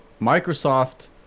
Microsoft